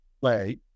play